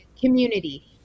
community